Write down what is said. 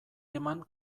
eman